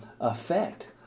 effect